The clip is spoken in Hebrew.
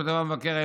כותב המבקר,